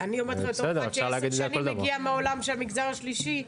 אני אומרת לך בתור אחת שהיא עשר שנים מגיעה מהעולם של המגזר השלישי.